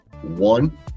one